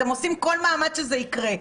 אתם עושים כל מאמץ שזה יקרה.